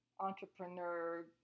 Entrepreneur